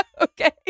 okay